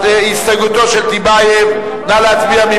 על הסתייגותו של טיבייב, נא להצביע.